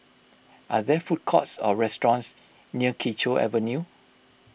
are there food courts or restaurants near Kee Choe Avenue